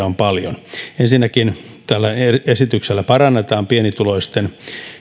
on paljon ensinnäkin tällä esityksellä parannetaan pienituloisten